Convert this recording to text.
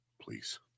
please